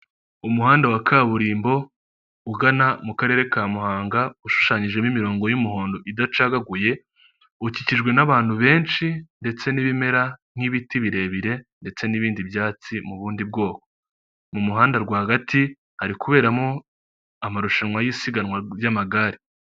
Umuhanda wa kaburimbo ugana mu karere ka muhanga ushushanyijemo imirongo y'umuhondo idacagaguye ukikijwe n'abantu benshi ndetse n'ibimera nk'ibiti birebire ndetse n'ibindi byatsi mu bundi bwoko mu muhanda rwagati hari kuberamo amarushanwa y'isiganwa ry'amagare.